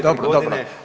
Dobro, dobro.